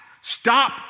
Stop